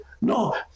No